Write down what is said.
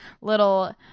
little